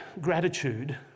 gratitude